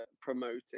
promoting